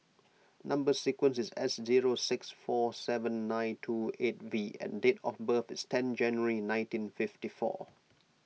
Number Sequence is S zero six four seven nine two eight V and date of birth is ten January nineteen fifty four